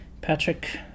Patrick